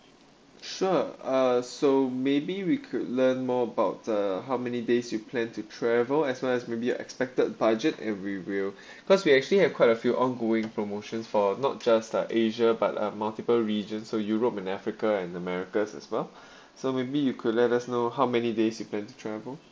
sure uh so maybe we could learn more about the how many days you plan to travel as well as maybe your expected budget and we will cause we actually have quite a few ongoing promotions for not just uh asia but uh multiple regions so europe and africa and americas as well so maybe you could let us know how many days you plan to travel